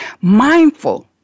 mindful